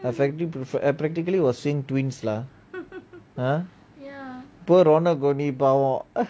practi~ eh practically was same twins lah !huh! poor ronald பாவம்:paavam